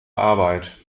arbeit